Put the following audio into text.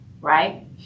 right